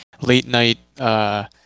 late-night